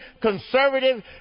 conservative